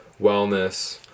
wellness